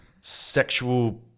sexual